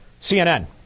CNN